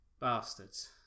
Bastards